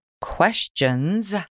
questions